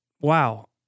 wow